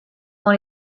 dans